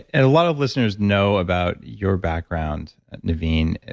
and a lot of listeners know about your background naveen,